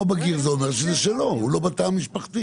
זה אומר שזה שלו, שהוא לא בתא המשפחתי.